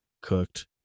cooked